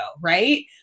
right